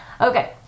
Okay